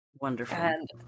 Wonderful